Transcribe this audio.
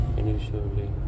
initially